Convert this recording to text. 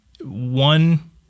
one